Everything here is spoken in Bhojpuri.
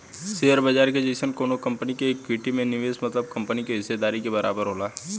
शेयर बाजार के जइसन कवनो कंपनी के इक्विटी में निवेश मतलब कंपनी के हिस्सेदारी के बराबर होला